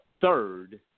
third